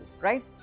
right